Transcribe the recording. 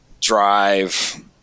drive